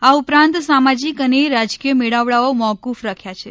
આ ઉપરાંત સામાજિક અને રાજકીય મેળાવડાઓ મોકૂફ રાખ્યા છે